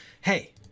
Hey